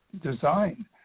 design